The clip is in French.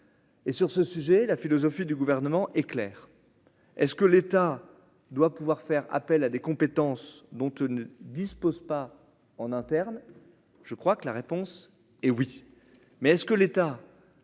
et sur ce sujet, la philosophie du gouvernement est claire est-ce que l'État doit pouvoir faire appel à des compétences dont tu ne dispose pas en interne, je crois que la réponse est oui, mais est-ce que l'État